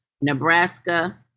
Nebraska